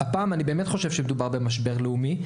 אבל הפעם אני באמת חושב שמדובר במשבר לאומי.